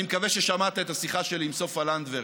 אני מקווה ששמעת את השיחה שלי עם סופה לנדבר,